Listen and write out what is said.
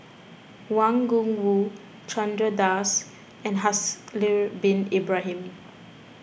Wang Gungwu Chandra Das and Haslir Bin Ibrahim